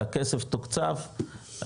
שהכסף תוקצב,